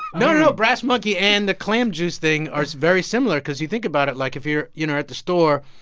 no, no, brass monkey and the clam juice thing are very similar because you think about it, like, if you're, you know, at the store.